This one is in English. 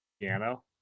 piano